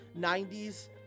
90s